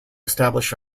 establish